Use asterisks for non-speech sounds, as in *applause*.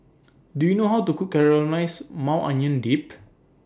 Do YOU know How to Cook Caramelized Maui Onion Dip *noise*